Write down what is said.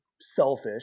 selfish